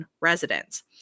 residents